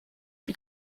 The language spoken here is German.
wie